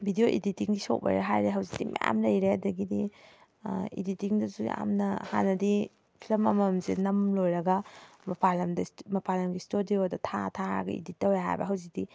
video ꯏꯗꯤꯇꯤꯡꯒꯤ software ꯍꯥꯏꯔꯦ ꯍꯧꯖꯤꯛꯇꯤ ꯃꯌꯥꯝ ꯂꯩꯔꯦ ꯑꯗꯒꯤꯗꯤ ꯏꯗꯤꯇꯤꯡꯗꯁꯨ ꯌꯥꯝꯅ ꯍꯥꯟꯅꯗꯤ ꯐꯤꯂꯝ ꯑꯃꯃꯝꯁꯦ ꯅꯝ ꯂꯣꯏꯔꯒ ꯃꯄꯥꯟ ꯂꯝꯗ ꯃꯄꯥꯟ ꯂꯝꯒꯤ ꯏꯁꯇꯨꯗꯤꯑꯣꯗ ꯊꯥ ꯊꯥꯔꯒ ꯏꯗꯤꯠ ꯇꯧꯋꯦ ꯍꯥꯏꯕ ꯍꯧꯖꯤꯛꯇꯤ